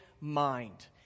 mind